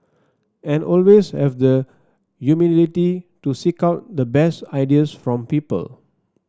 and always have the humility to seek out the best ideas from people